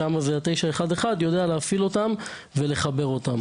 שמה זה ה- 911 יודע להפעיל אותם ולחבר אותם.